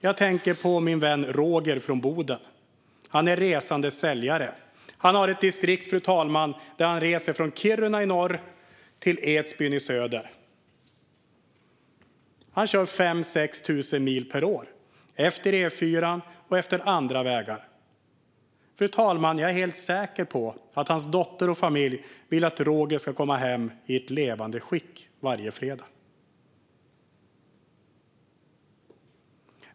Jag tänker på min vän Roger från Boden. Han är resande säljare. Han har ett distrikt, fru talman, där han reser från Kiruna i norr till Edsbyn i söder. Han kör 5 000-6 000 mil per år utefter E4:an och andra vägar. Fru talman! Jag är helt säker på att Rogers dotter och familj vill att Roger ska komma hem i levande skick varje fredag.